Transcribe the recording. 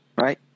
Right